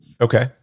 Okay